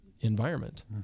environment